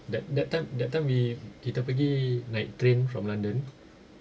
that that that time we kita pergi night train from london